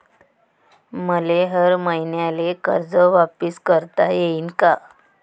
मले हर मईन्याले कर्ज वापिस करता येईन का?